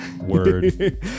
Word